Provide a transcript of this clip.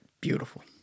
Beautiful